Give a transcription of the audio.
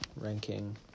ranking